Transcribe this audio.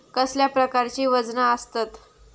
कसल्या प्रकारची वजना आसतत?